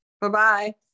Bye-bye